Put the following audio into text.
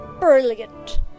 Brilliant